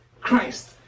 Christ